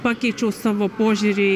pakeičiau savo požiūrį